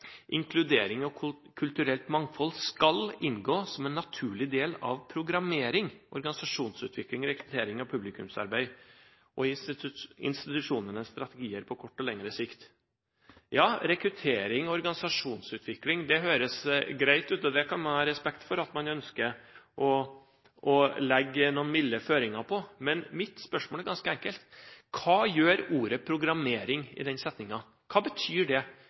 publikumsarbeid og i institusjonenes strategier på kort og lengre sikt.» Ja, rekruttering og organisasjonsutvikling høres greit ut, og det kan man ha respekt for at man ønsker å legge noen milde føringer på, men mitt spørsmål er ganske enkelt: Hva gjør ordet «programmering» i den setningen? Hva betyr det?